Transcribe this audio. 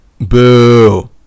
boo